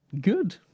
Good